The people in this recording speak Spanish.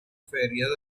feria